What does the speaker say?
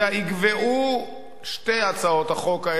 יגוועו שתי הצעות החוק האלה,